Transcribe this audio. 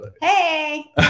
hey